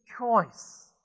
choice